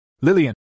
Lillian